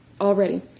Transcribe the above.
already